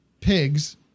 pigs